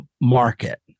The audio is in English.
market